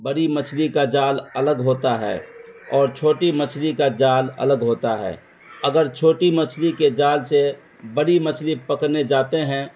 بڑی مچھلی کا جال الگ ہوتا ہے اور چھوٹی مچھلی کا جال الگ ہوتا ہے اگر چھوٹی مچھلی کے جال سے بڑی مچھلی پکڑنے جاتے ہیں